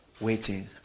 waiting